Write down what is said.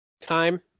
time